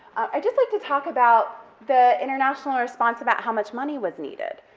i'd just like to talk about the international response about how much money was needed,